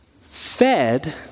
fed